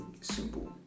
simple